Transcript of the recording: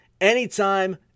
anytime